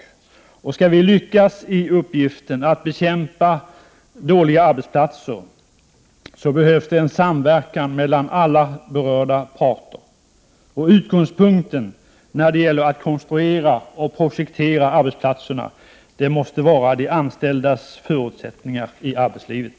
Skall vi lyckas i uppgiften att bekämpa dåliga arbetsplatser behövs en samverkan mellan alla berörda parter. Utgångspunkten när det gäller att konstruera och projektera arbetsplatserna måste vara de anställdas förutsättningar i arbetslivet.